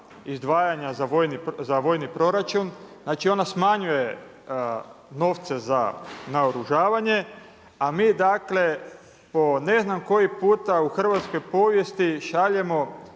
izdvajanje za vojni proračun. Znači ona smanjuje novce za naoružavanje, a mi po ne znam koji puta u hrvatskoj povijesti šaljemo